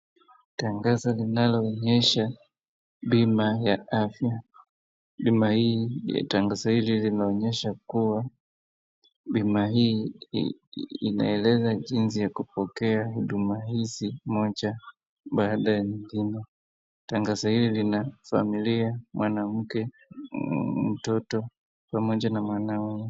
Tangazo linaloonyesha bima ya afya. Bima hii, tangazo hili linaonyesha kuwa bima hii i, inaeleza jinsi ya kupokea huduma hizi moja baada ya nyingine. Tangazo hili lina familia, mwanamke, mtoto pamoja, na mwanaume.